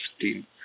team